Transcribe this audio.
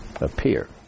appear